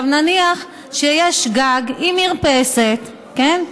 נניח שיש גג עם מרפסת, כן?